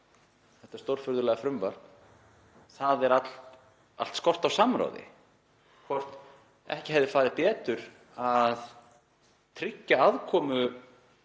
þetta stórfurðulega frumvarp, þ.e. allan skort á samráði, hvort ekki hefði farið betur að tryggja aðkomu